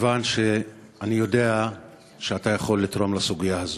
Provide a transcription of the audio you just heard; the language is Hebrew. מכיוון שאני יודע שאתה יכול לתרום לסוגיה הזאת.